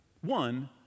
one